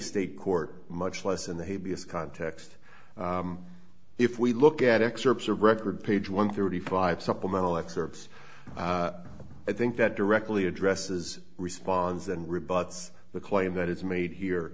state court much less in the heaviest context if we look at excerpts of record page one thirty five supplemental excerpts i think that directly addresses responds and rebuts the claim that it's made here